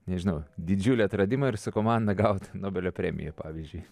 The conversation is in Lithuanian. nežinau didžiulį atradimą ir su komanda gaut nobelio premiją pavyzdžiui